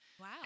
wow